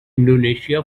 indonesia